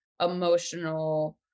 emotional